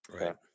right